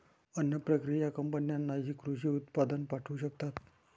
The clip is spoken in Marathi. अन्न प्रक्रिया कंपन्यांनाही कृषी उत्पादन पाठवू शकतात